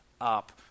up